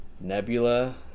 Nebula